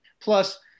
Plus